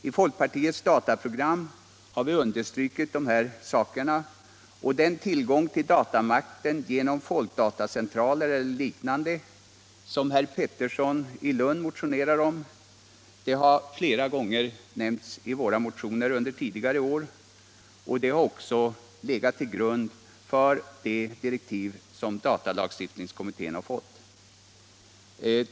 I folkpartiets dataprogram har vi understrukit detta, och den tillgång till datamakten genom folkdatacentraler eller liknande som herr Pettersson i Lund motionerar om har funnits med i våra motioner under tidigare år och därigenom lagts till grund för datalagstiftningskommitténs direktiv.